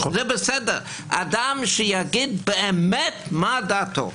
אדם שיגיד באמת מה דעתו.